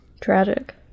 Tragic